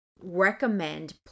recommend